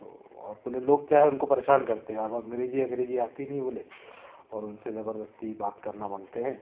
और बोले लोग क्या है उनको परेशान करते हैं अब अंग्रेजी अंग्रेजी आती नहीं बोले और उनसे जबर्दस्ती बात करना मांगते हैं